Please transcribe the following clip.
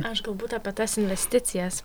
aš galbūt apie tas investicijas